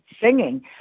singing